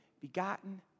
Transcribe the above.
begotten